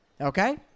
okay